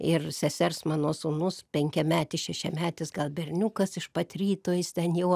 ir sesers mano sūnus penkiametis šešiametis gal berniukas iš pat ryto jis ten jau